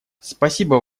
спасибо